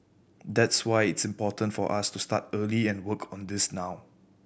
that's why it's important for us to start early and work on this now